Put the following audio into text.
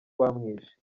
bamwishe